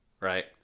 right